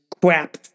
crap